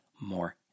more